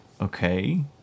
Okay